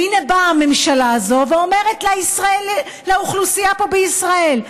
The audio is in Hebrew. והינה באה הממשלה הזאת ואומרת לאוכלוסייה פה בישראל,